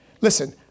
Listen